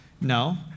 No